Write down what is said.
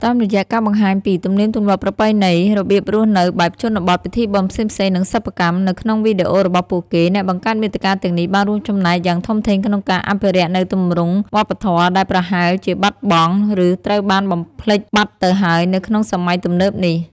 តាមរយៈការបង្ហាញពី ទំនៀមទម្លាប់ ប្រពៃណី របៀបរស់នៅបែបជនបទ ពិធីបុណ្យផ្សេងៗ និងសិប្បកម្ម នៅក្នុងវីដេអូរបស់ពួកគេ អ្នកបង្កើតមាតិកាទាំងនេះបានរួមចំណែកយ៉ាងធំធេងក្នុងការ អភិរក្សនូវទម្រង់វប្បធម៌ដែលប្រហែលជាបាត់បង់ ឬត្រូវបានបំភ្លេចបាត់ទៅហើយនៅក្នុងសម័យទំនើបនេះ។